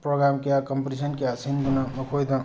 programme ꯀꯌꯥ competition ꯀꯌꯥ ꯁꯤꯟꯗꯨꯅ ꯃꯈꯣꯏꯗ